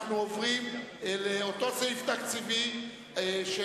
אנחנו עוברים לאותו סעיף תקציבי של